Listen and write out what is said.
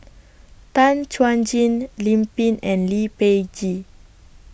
Tan Chuan Jin Lim Pin and Lee Peh Gee